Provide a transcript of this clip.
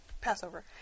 Passover